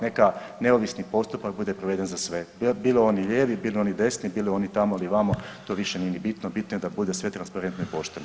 Neka neovisni postupak bude proveden za sve, bilo oni lijevi, bilo oni desni, bilo oni tamo ili vam to više nije ni bitno, bitno je da bude sve transparentno i pošteno.